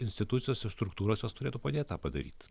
institucijos ir struktūros jos turėtų padėt tą padaryt